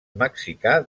mexicà